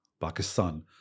Pakistan